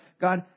God